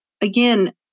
again